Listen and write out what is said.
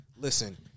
listen